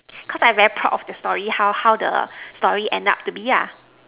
cause I very proud of the story how how the story ends up to be ya